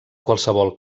qualsevol